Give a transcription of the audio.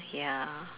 ya